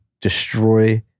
destroy